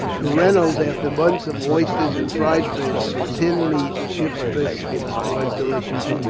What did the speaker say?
to reynolds, after months of oysters and fried fish, the tinned meat and ship's biscuits were delicious.